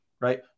right